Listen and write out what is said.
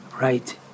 right